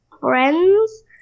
friends